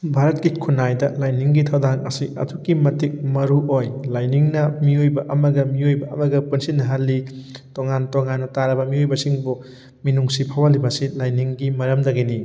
ꯚꯥꯔꯠꯀꯤ ꯈꯨꯟꯅꯥꯏꯗ ꯂꯥꯏꯅꯤꯡꯒꯤ ꯊꯧꯗꯥꯡ ꯑꯁꯤ ꯑꯗꯨꯛꯀꯤ ꯃꯇꯤꯛ ꯃꯔꯨ ꯑꯣꯏ ꯂꯥꯏꯅꯤꯡꯅ ꯃꯤꯑꯣꯏꯕ ꯑꯃꯒ ꯃꯤꯑꯣꯏꯕ ꯑꯃꯒ ꯄꯨꯟꯁꯤꯟꯅꯍꯜꯂꯤ ꯇꯣꯉꯥꯟ ꯇꯣꯉꯥꯟꯅ ꯇꯥꯔꯕ ꯃꯤꯑꯣꯏꯕꯁꯤꯡꯕꯨ ꯃꯤꯅꯨꯡꯁꯤ ꯐꯥꯎꯍꯜꯂꯤꯕ ꯑꯁꯤ ꯂꯥꯏꯅꯤꯡꯒꯤ ꯃꯔꯝꯗꯒꯤꯅꯤ